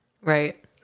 Right